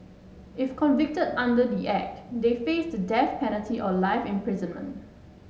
if convicted under the Act they face the death penalty or life imprisonment